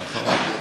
נכון.